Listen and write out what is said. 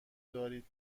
دارید